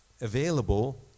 available